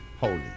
holy